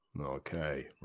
Okay